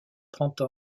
trente